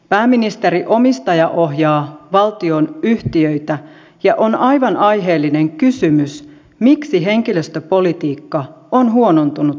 pääministeri omistajaohjaa valtionyhtiöitä ja on aivan aiheellinen kysymys miksi henkilöstöpolitiikka on huonontunut postissa